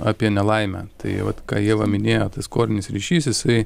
apie nelaimę tai vat ką ieva minėjo tas korinis ryšys jisai